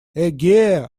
эге